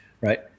right